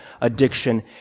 addiction